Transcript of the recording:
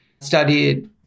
studied